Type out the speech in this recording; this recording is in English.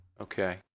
Okay